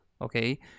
Okay